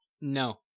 No